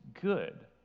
good